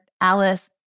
Alice